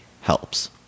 helps